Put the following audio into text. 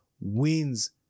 wins